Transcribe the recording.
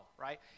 right